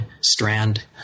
strand